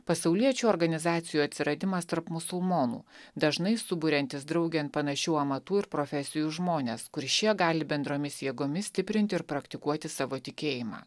pasauliečių organizacijų atsiradimas tarp musulmonų dažnai suburiantis draugėn panašių amatų ir profesijų žmones kur šie gali bendromis jėgomis stiprinti ir praktikuoti savo tikėjimą